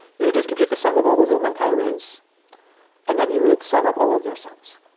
you just compute the sum of all those little numpy arrays and then you would sum up all of their sums.